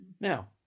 Now